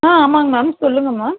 ஆ ஆமாம்ங்க மேம் சொல்லுங்கள் மேம்